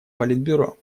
политбюро